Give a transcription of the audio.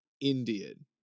Indian